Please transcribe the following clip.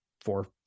four